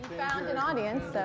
an audience.